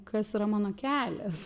kas yra mano kelias